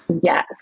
Yes